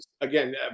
again